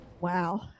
Wow